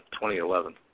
2011